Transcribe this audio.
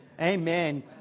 Amen